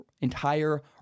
entire